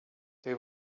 they